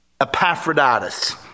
Epaphroditus